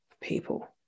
people